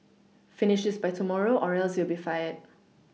finish this by tomorrow or else you'll be fired